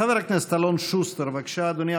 חבר הכנסת אלון שוסטר, בבקשה, אדוני.